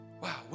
Wow